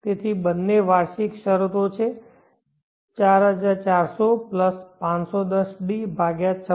તેથી બંને વાર્ષિક શરતો છે 4400510d2628